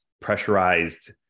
pressurized